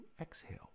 Exhale